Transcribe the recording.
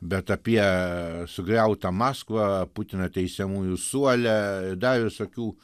bet apie sugriautą maskvą putiną teisiamųjų suole dar visokių